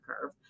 curve